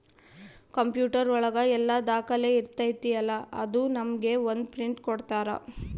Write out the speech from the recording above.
computer ಒಳಗ ಎಲ್ಲ ದಾಖಲೆ ಇರ್ತೈತಿ ಅಲಾ ಅದು ನಮ್ಗೆ ಒಂದ್ ಪ್ರಿಂಟ್ ಕೊಡ್ತಾರ